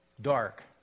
dark